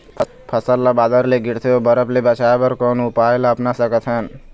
फसल ला बादर ले गिरथे ओ बरफ ले बचाए बर कोन उपाय ला अपना सकथन?